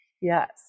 Yes